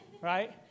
Right